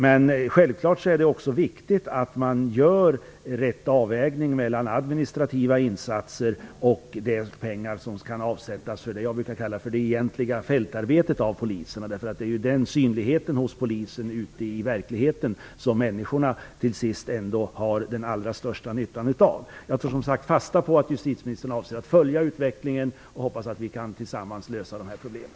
Men självfallet är det också viktigt att det görs rätt avvägning mellan administrativa insatser och de pengar som kan avsättas för det som jag brukar kalla det egentliga fältarbetet av polisen. Det är ju att polisen syns ute i verkligheten som människorna ändå har den allra största nyttan av. Jag tar som sagt fasta på att justitieministern avser att följa utvecklingen och hoppas att vi tillsammans kan lösa problemen.